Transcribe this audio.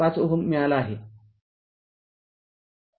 ५ Ω मिळाला आहे